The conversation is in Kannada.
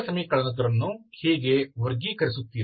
ನೀವು ವರ್ಗ ಸಮೀಕರಣಗಳನ್ನು ಹೀಗೆ ವರ್ಗೀಕರಿಸುತ್ತೀರಿ